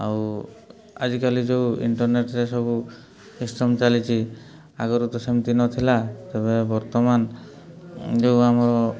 ଆଉ ଆଜିକାଲି ଯୋଉ ଇଣ୍ଟର୍ନେଟ୍ରେ ସବୁ ସିଷ୍ଟମ୍ ଚାଲିଛି ଆଗରୁ ତ ସେମିତି ନଥିଲା ତେବେ ବର୍ତ୍ତମାନ ଯୋଉ ଆମର